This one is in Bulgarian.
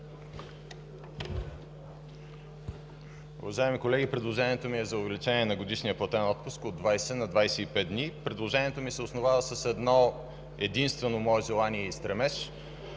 Уважаеми колеги, предложението ми е за увеличение на годишния платен отпуск от 20 на 25 дни. Предложението ми се основава с едно-единствено мое желание и стремеж.